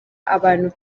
abantu